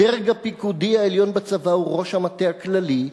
הדרג הפיקודי העליון בצבא הוא ראש המטה הכללי.